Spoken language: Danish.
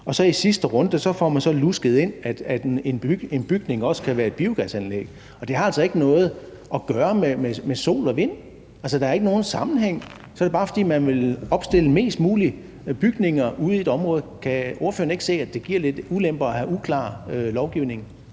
Og i sidste runde får man så lusket ind, at en bygning også kan være et biogasanlæg. Det har altså ikke noget at gøre med sol og vind; altså, der er ikke nogen sammenhæng. Så er det bare, fordi man vil opstille mest muligt med bygninger ude i et område. Kan ordføreren ikke se, at det giver lidt ulemper at have uklar lovgivning?